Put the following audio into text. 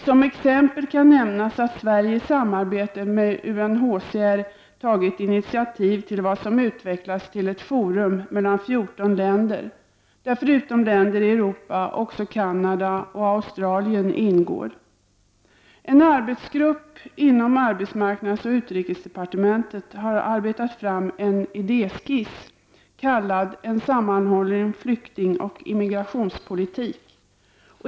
Som exempel kan nämnas att Sverige i samarbete med UNHCR tagit initiativ till vad som utvecklas till ett forum mellan 14 länder, där förutom länder i Europa också Canada och Australien ingår. En arbetsgrupp inom arbetsmarknadsoch utrikesdepartementen har utarbetat en idéskiss kallad ”En sammanhållen flyktingoch immigrationspolitik”.